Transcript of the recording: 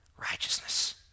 righteousness